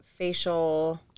Facial